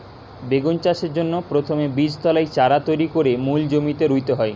বেগুন চাষের জন্যে প্রথমে বীজতলায় চারা তৈরি কোরে মূল জমিতে রুইতে হয়